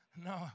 No